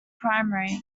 primary